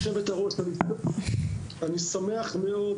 גברתי היושבת-ראש, אני שמח מאוד